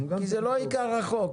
כי זה לא עיקר החוק.